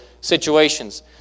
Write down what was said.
situations